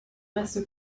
reste